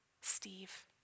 Steve